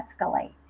escalate